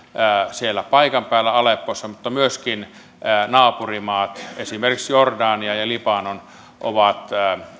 siellä paikan päällä aleppossa myöskin naapurimaissa esimerkiksi jordania ja libanon ovat